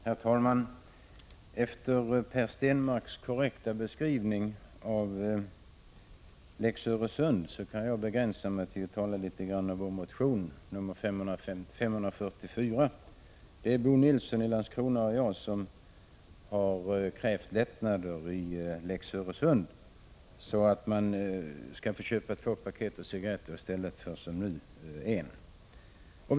Herr talman! Efter Per Stenmarcks korrekta beskrivning av Lex Öresund kan jag begränsa mig till att tala litet om vår motion Sk544. Bo Nilsson i Landskrona och jag har krävt lättnader i Lex Öresund, så att man skall få köpa två paket cigarretter i stället för ett, som nu.